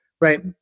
right